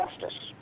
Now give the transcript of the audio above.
justice